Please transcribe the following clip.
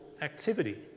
activity